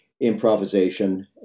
improvisation